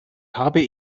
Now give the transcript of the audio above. habe